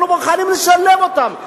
הם לא מוכנים לשלב אותם.